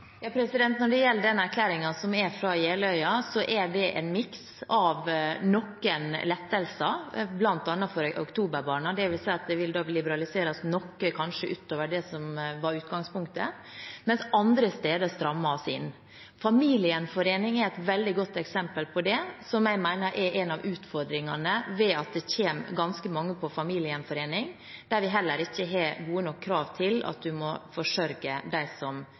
Når det gjelder erklæringen fra Jeløya, er det en miks av noen lettelser – bl.a. for oktoberbarna, dvs. at det vil liberaliseres kanskje noe utover det som var utgangspunktet – og at det andre steder strammes inn. Familiegjenforening er et veldig godt eksempel på det, som jeg mener er en av utfordringene. Det kommer ganske mange på familiegjenforening, der vi heller ikke har gode nok krav til at en må forsørge dem som